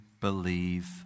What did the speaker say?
believe